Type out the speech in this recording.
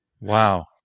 Wow